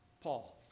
Paul